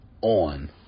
on